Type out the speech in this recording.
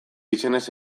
izenez